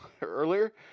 earlier